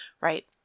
right